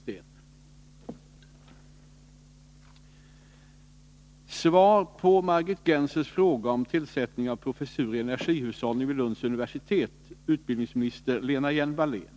Vilken hänsyn avser utbildningsministern att tillmäta informell information utanför den i förordning fastlagda formella ordningen?